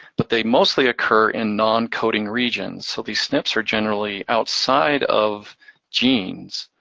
but they mostly occur in non-coding regions. so these snps are generally outside of genes.